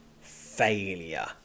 Failure